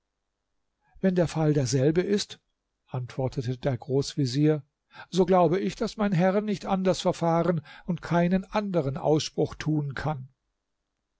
wenn der fall derselbe ist antwortete der großvezier so glaube ich daß mein herr nicht anders verfahren und keinen anderen ausspruch tun kann